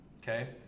okay